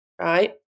right